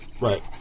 Right